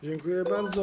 Dziękuję bardzo.